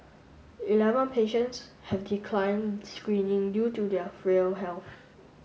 eleven patients have decline screening due to their frail health